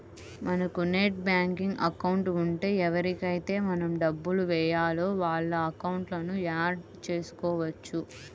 మనకు net banking account ఉంటే ఎవరికైతే మనం డబ్బులు వేయాలో వాళ్ళ అకౌంట్లను యాడ్ చేసుకోవచ్చు